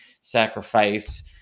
sacrifice